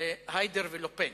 היידר ולה-פן,